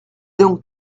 donc